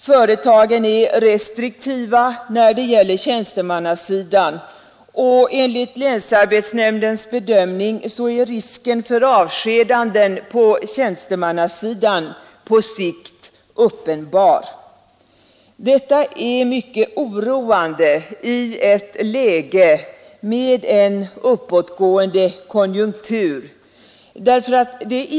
Företagen är restriktiva när det gäller tjänstemannasidan, och enligt länsarbetsnämndens bedömning är risken för avskedanden på sikt uppenbar. Detta är mycket oroande i ett läge med en uppåtgående konjunktur.